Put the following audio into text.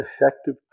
effective